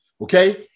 Okay